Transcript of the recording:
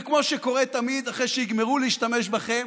וכמו שקורה תמיד אחרי שיגמרו להשתמש בכם,